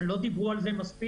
לא דיברו על זה מספיק.